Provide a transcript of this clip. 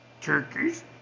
turkeys